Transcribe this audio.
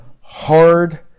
hard